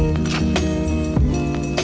in